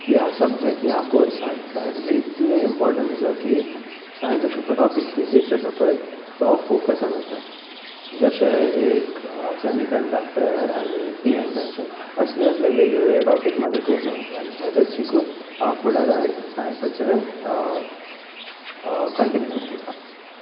ह्या सबजेक्ट ह्या कॉर्सांत सायन्साचें इतलें इम्पोर्टन्स आसा की फिजिक्स आसा पय तो फोकस जावन आसा जशे एक सेमी कंटक्टर आनी आसा असले असले टॉपिक्स म्हज्या कॉर्सांत आसा आनी हाजेर शिकून हांव फुडारांत सायन्साचे कंटिन्यू करतलो